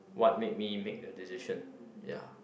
what made me made the decision ya